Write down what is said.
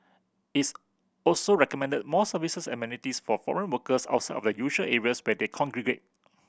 its also recommended more services and amenities for foreign workers outside of the usual areas where they congregate